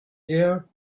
year